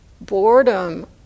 boredom